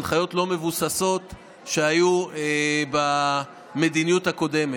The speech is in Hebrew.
הנחיות לא מבוססות שהיו במדיניות הקודמת.